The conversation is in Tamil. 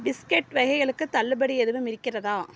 பிஸ்கெட் வகைகளுக்கு தள்ளுபடி எதுவும் இருக்கிறதா